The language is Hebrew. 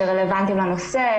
גורמים שרלוונטיים לנושא,